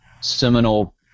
seminal